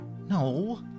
No